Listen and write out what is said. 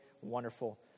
wonderful